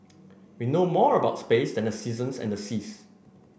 we know more about space than the seasons and seas